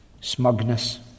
smugness